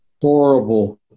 horrible